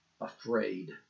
afraid